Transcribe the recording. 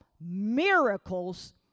miracles